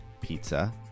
pizza